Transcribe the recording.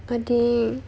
adik